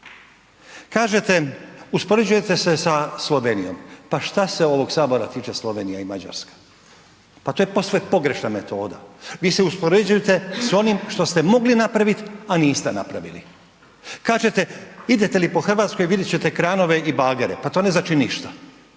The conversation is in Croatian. Kažete uspoređujete se sa Slovenijom, pa šta se ovog sabora tiče Slovenija i Mađarska, pa to je posve pogrešna metoda, vi se uspoređujete s onim što ste mogli napraviti, a niste napravili. Kažete idete li po Hrvatskoj vidjet ćete kranove i bagere, pa to ne znači ništa.